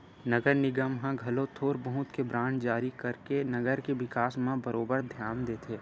नगर निगम ह घलो थोर बहुत के बांड जारी करके नगर के बिकास म बरोबर धियान देथे